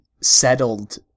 settled